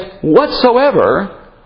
whatsoever